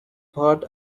part